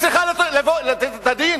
היא צריכה לתת את הדין?